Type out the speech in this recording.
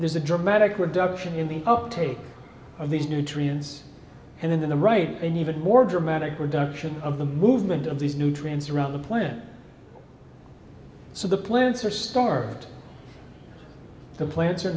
there's a dramatic reduction in the uptake of these nutrients and in the right an even more dramatic reduction of the movement of these nutrients around the plant so the plants are starved the plants are